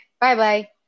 Bye-bye